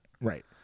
Right